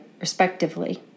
respectively